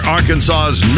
Arkansas's